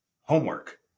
Homework